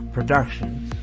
Productions